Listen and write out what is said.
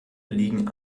liegen